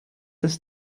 als